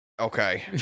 Okay